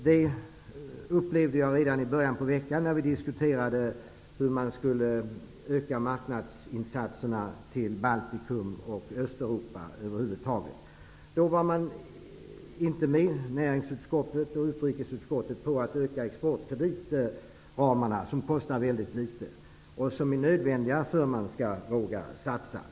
Det upplevde jag redan i början på veckan när vi diskuterade hur man skulle öka marknadsinsatserna i Baltikum och övriga Östeuropa. Då var inte näringsutskottet och utrikesutskottet med på att utöka exportkreditramarna, som kostar väldigt litet, men som är nödvändiga för att man skall våga satsa.